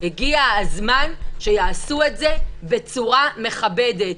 הגיע הזמן שיעשו את זה בצורה מכבדת.